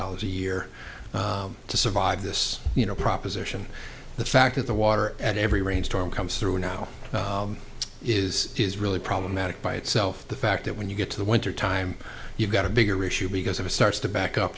dollars a year to survive this you know proposition the fact that the water at every rain storm comes through and now is is really problematic by itself the fact that when you get to the winter time you've got a bigger issue because of a starts to back up